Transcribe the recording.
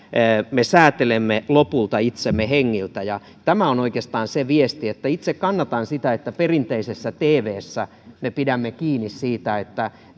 me säätelemme lopulta itsemme hengiltä tämä on oikeastaan se viesti itse kannatan sitä että perinteisessä tvssä me pidämme kiinni siitä että